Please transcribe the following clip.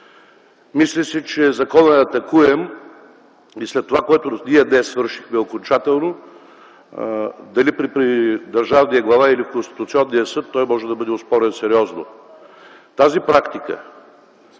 Мисля си, че законът е атакуем и след това, което ние днес свършихме окончателно, дали при държавния глава или в Конституционния съд, той може да бъде оспорен сериозно. Тази практика